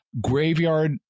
Graveyard